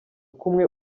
kumwe